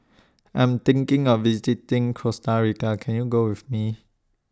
I'm thinking of visiting Costa Rica Can YOU Go with Me